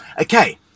Okay